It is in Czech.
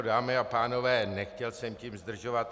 Dámy a pánové, nechtěl jsem tím zdržovat.